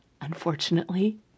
Unfortunately